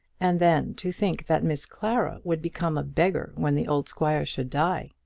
and then, to think that miss clara would become a beggar when the old squire should die!